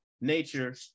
nature